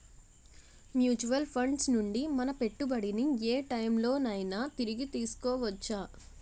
Mutual funds నుండి మన పెట్టుబడిని ఏ టైం లోనైనా తిరిగి తీసుకోవచ్చా?